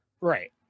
right